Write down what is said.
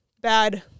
bad